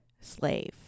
slave